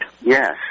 Yes